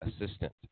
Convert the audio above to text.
assistant